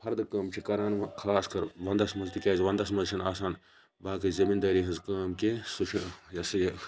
فَردٕ کٲم چھِ کَران وۄنۍ خاص کَر وَنٛدَس مَنٛز تِکیازِ چنٛدس منٛز چھنہٕ آسان باقٕے زمیٖن دٲری ہٕنٛز کٲم کینٛہہ سُہ چھُ یہِ ہَسا یہِ